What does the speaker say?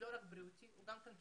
הוא לא רק בריאותי, הוא גם פסיכולוגי.